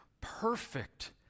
perfect